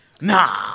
Nah